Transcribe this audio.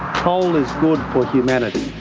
coal is good for humanity.